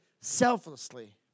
selflessly